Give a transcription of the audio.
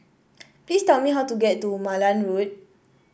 please tell me how to get to Malan Road